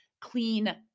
clean